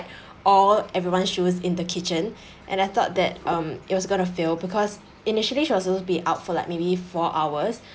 all everyone's shoes in the kitchen and I thought that um it was going to fail because initially she was suppose to be out for like maybe four hours